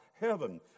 heaven